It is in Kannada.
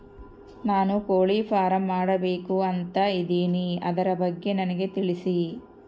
ನಾನು ಕೋಳಿ ಫಾರಂ ಮಾಡಬೇಕು ಅಂತ ಇದಿನಿ ಅದರ ಬಗ್ಗೆ ನನಗೆ ತಿಳಿಸಿ?